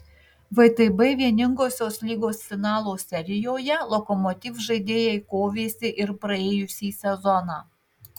vtb vieningosios lygos finalo serijoje lokomotiv žaidėjai kovėsi ir praėjusį sezoną